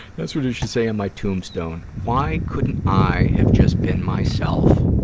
that's what it should say on my tombstone, why couldn't i have just been myself